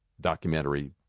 documentary